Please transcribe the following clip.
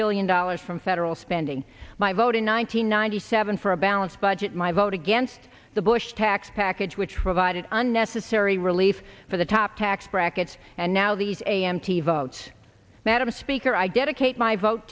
billion dollars from federal spending my vote in one nine hundred ninety seven for a balanced budget my vote against the bush tax package which provided unnecessary relief for the top tax brackets and now these a m t votes madam speaker i dedicate my vote